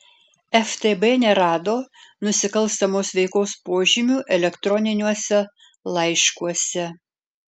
ftb nerado nusikalstamos veikos požymių elektroniniuose laiškuose